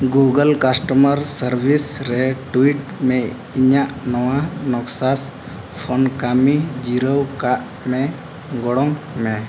Google customer service ᱨᱮ tweet ᱢᱮ ᱤᱧᱟᱹᱜ ᱱᱚᱣᱟ ᱱᱮᱠᱥᱟᱥ ᱯᱷᱳᱱ ᱠᱟᱹᱢᱤ ᱡᱤᱨᱟᱹᱣ ᱠᱟᱜ ᱢᱮ ᱜᱚᱲᱚᱜ ᱢᱮ